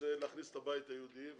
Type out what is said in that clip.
רוצה להכניס את הבית היהודי,